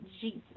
jesus